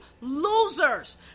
losers